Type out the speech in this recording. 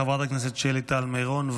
חברת הכנסת שלי טל מירון,